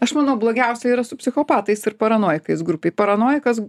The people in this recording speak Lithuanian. aš manau blogiausia yra su psichopatais ir paranojikais grupėj paranojikas